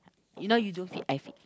you now you don't fit I fit